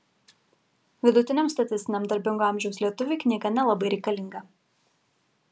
vidutiniam statistiniam darbingo amžiaus lietuviui knyga nelabai reikalinga